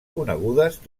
conegudes